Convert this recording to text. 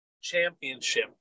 Championship